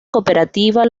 cooperativa